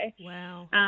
Wow